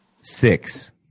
Six